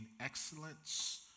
excellence